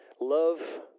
love